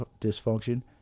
dysfunction